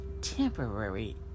temporary